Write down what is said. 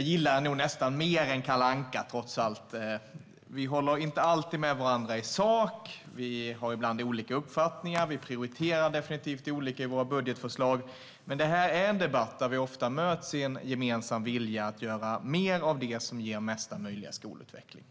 gillar den nästan mer än Kalle Anka, får jag väl erkänna. Vi håller inte alltid med varandra i sak, vi har ibland olika uppfattningar och vi prioriterar definitivt olika i våra budgetförslag. Men det här är en debatt där vi ofta möts i en gemensam vilja att göra mer av det som ger mesta möjliga skolutveckling.